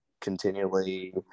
continually